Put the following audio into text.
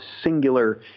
singular